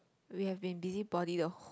we have been busybody the wh~